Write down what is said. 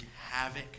havoc